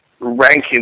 ranking